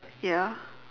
ya